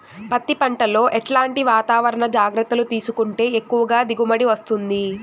పత్తి పంట లో ఎట్లాంటి వాతావరణ జాగ్రత్తలు తీసుకుంటే ఎక్కువగా దిగుబడి వస్తుంది?